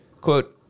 quote